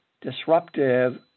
disruptive